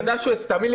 תאמין לי,